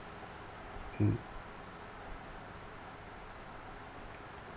mm